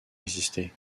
existé